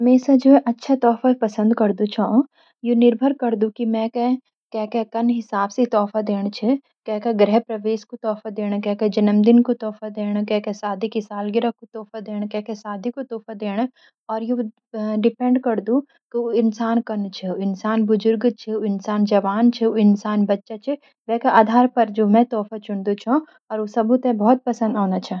मैं हमेशा जु छ अच्छा तोहफा पसन्द करदू छ। यू निर्भर करदू छ कि मैंक के हिसाब सी तोहफा देन छ। के का गृह प्रवेश कु तोहफा देन के का जन्मदिन कु तोहफा देन, के का शादी की सालगिरह कु तोहफा देन, के का शादी कु तोहफा देन यू डिपेंड करदू की ऊ इन्सान कनु छ, उ इंसान जवान छ, बुजुर्ग छ, बच्चा छ वेका आधार पर मैं तोहफा चुन दु छो ऊ सबू तें बहुत पसंद आऊंदा छ।